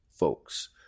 Folks